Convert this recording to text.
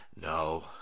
No